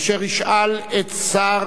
אשר ישאל את שר